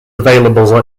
available